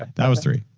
that was three.